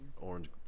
Orange